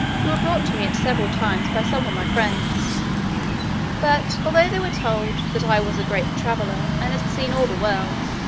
who were brought to me at several times by some of my friends but although they were told, that i was a great traveller, and had seen all the world,